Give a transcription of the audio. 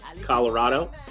Colorado